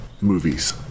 movies